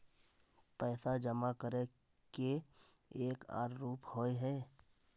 पैसा जमा करे के एक आर रूप होय है?